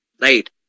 Right